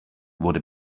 wurde